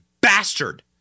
bastard